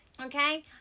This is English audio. Okay